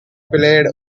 played